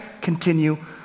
continue